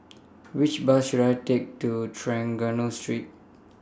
Which Bus should I Take to Trengganu Street